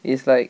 it's like